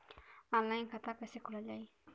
Online खाता कईसे खोलल जाई?